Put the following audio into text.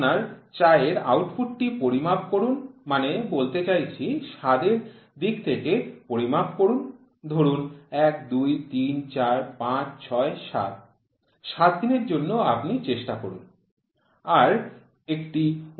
আপনার চা এর আউটপুটটি পরিমাপ করুন মানে বলতে চাইছি স্বাদের দিক থেকে পরিমাপ করুন ধরুন ১ ২ ৩ ৪ ৫ ৬ ৭ ৭ দিনের জন্য আপনি চেষ্টা করুন